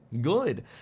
good